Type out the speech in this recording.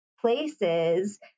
places